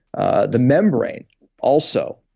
ah the membrane also.